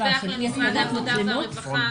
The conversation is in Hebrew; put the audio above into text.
שידווח למשרד העבודה והרווחה.